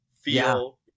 feel